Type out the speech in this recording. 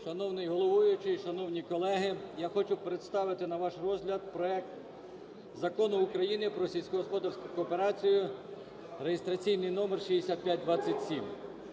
Шановний головуючий, шановні колеги, я хочу представити на ваш розгляд проект Закону України про сільськогосподарську кооперацію (реєстраційний номер 6527).